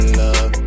love